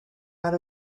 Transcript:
out